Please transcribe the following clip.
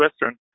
Western